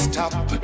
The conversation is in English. Stop